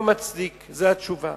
לא מצדיק, זאת התשובה.